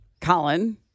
Colin